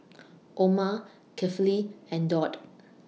Omar Kefli and Daud